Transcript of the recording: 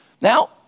Now